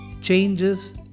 changes